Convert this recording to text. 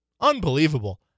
Unbelievable